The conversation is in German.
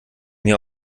mir